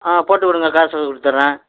ஆ போட்டுக்கொடுங்க காசு கொடுத்துட்றேன்